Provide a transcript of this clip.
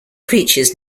creatures